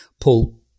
pull